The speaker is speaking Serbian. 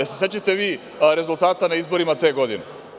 Da li se sećate vi rezultata na izborima te godine?